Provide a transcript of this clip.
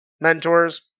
mentors